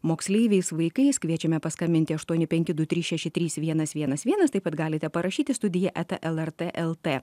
moksleiviais vaikais kviečiame paskambinti aštuoni penki du trys šeši trys vienas vienas vienas taip pat galite parašyti studiją eta el er t el tė